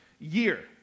year